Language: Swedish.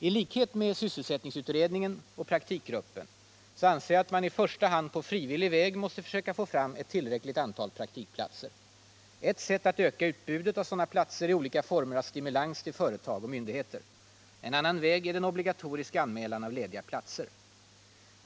I likhet med sysselsättningsutredningen och praktikgruppen anser jag att man i första hand på frivillighetens väg måste försöka få fram ett tillräckligt antal praktikplatser. Ett sätt att öka utbudet av sådana platser är olika former av stimulans till företag och myndigheter. En annan väg är den obligatoriska anmälan av lediga platser.